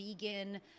vegan